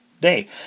day